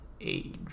age